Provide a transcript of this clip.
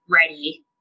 ready